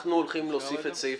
אנחנו הולכים להוסיף את סעיף